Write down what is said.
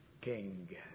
king